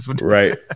right